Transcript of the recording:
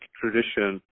tradition